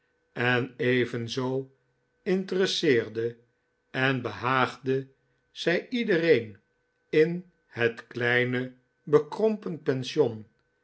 en evenzoo interesseerde en behaagde zij iedereen in het kleine bekrompen pension